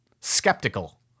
skeptical